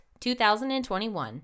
2021